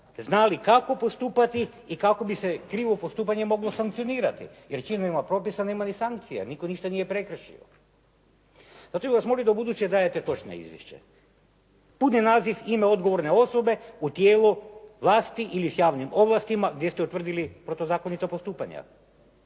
znali kako postupati i kako bi se krivo postupanje moglo sankcionirati. Jer čim nema propisa, nema ni sankcija. Nitko ništa nije prekršio. Zato bih vas molio da ubuduće dajete točna izvješća. Puni naziv, ime odgovorne osobe u tijelu vlasti ili s javnim ovlastima, gdje ste utvrdili protuzakonita postupanja.